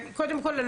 קודם כל,